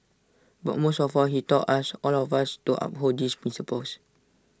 but most of all he taught us all of us to uphold these principles